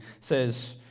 says